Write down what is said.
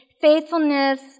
faithfulness